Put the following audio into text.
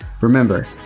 Remember